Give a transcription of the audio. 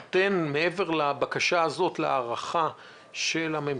מעבר לבקשה הזאת של הממשלה,